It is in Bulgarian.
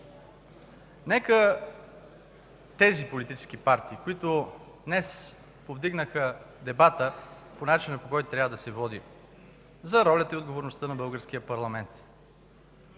Нека тези политически партии, които днес повдигнаха дебата по начина, по който трябва да се води – за ролята и отговорността на българския парламент,